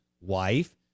wife